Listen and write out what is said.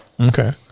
okay